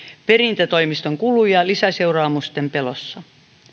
perintätoimiston kuluja lisäseuraamusten pelossa